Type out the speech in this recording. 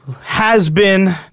has-been